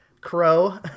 Crow